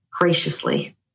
Graciously